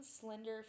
slender